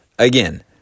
Again